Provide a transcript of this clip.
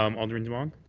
um alderman dem um